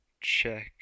check